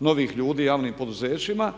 novih ljudi u javnim poduzećima,